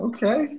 Okay